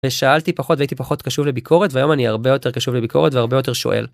ושאלתי פחות והייתי פחות קשוב לביקורת והיום אני הרבה יותר קשוב לביקורת והרבה יותר שואל.